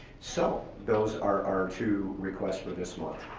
so, those are our two requests for this month,